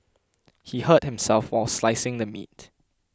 he hurt himself while slicing the meat